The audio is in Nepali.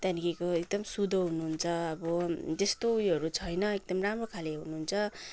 त्यहाँदेखिको एकदम सुधो हुनुहुन्छ अब त्यस्तो उयोहरू छैन एकदम राम्रोखाले हुनुहुन्छ